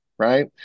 right